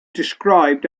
described